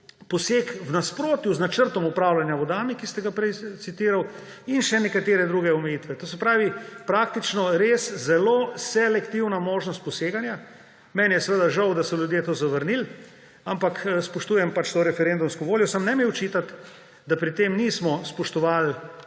poseg v nasprotju z načrtom upravljanja voda, ki ste ga prej citirali, in še nekatere druge omejitve. To se pravi, praktično res zelo selektivna možnost poseganja. Meni je seveda žal, da so ljudje to zavrnili, ampak spoštujem to referendumsko voljo, samo ne mi očitati, da pri tem nismo spoštovali